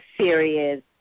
serious